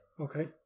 okay